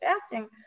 fasting